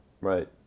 right